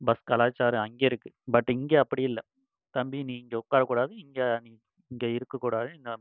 bus கலாச்சாரம் அங்கே இருக்குது பட் இங்கே அப்படி இல்லை தம்பி நீ இங்கே உட்காரக்கூடாது இங்கே நீ இங்கே இருக்கக்கூடாது இங்கே